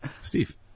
Steve